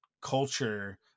culture